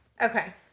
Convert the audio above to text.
Okay